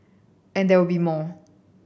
and there will be more